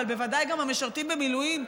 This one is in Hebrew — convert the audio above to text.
אבל בוודאי גם המשרתים במילואים,